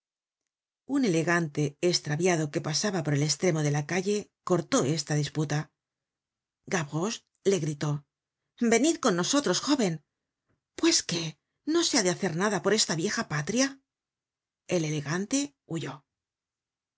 un elegante estraviado que pasaba por el estremo de la calle cortó esta disputa gavroche le gritó venid con nosotros jóven pues qué no se ha de hacer nada por esta vieja patria el elegante huyó